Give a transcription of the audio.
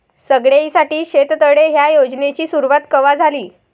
सगळ्याइसाठी शेततळे ह्या योजनेची सुरुवात कवा झाली?